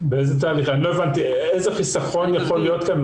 איזה חיסכון יכול להיות כאן?